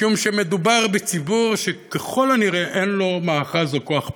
משום שמדובר בציבור שככל הנראה אין לו מאחז או כוח פוליטי,